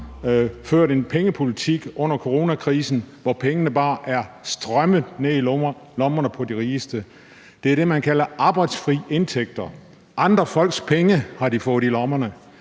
ført en pengepolitik under coronakrisen, hvor pengene bare er strømmet ned i lommerne på de rigeste. Det er det, man kalder arbejdsfri indtægter. Andre folks penge har de fået i lommerne,